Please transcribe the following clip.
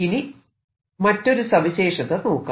ഇനി മറ്റൊരു സവിശേഷത നോക്കാം